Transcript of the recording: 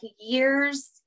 years